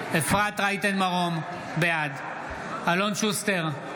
בעד אלון שוסטר,